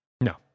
No